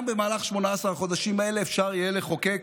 גם במהלך 18 החודשים האלה אפשר יהיה לחוקק